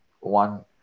One